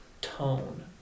tone